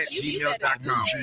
gmail.com